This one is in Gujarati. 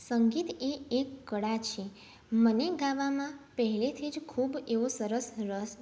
સંગીત એ એક કળા છે મને ગાવામાં પહેલેથી જ ખૂબ એવો સરસ રસ